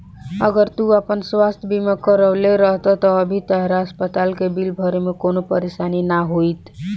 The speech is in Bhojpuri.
अगर तू आपन स्वास्थ बीमा करवले रहत त अभी तहरा अस्पताल के बिल भरे में कवनो परेशानी ना होईत